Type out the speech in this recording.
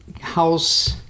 house